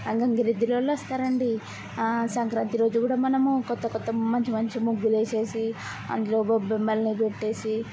గంగిరెద్దు వాళ్ళు వస్తారండి సంక్రాంతి రోజు కూడా మనము కొత్త కొత్త మంచి మంచి ముగ్గులు వేసేసి అందులో గొబ్బెమ్మలని పెట్టేసి